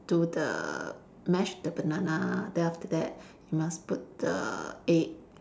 do the mash the banana then after that you must put the egg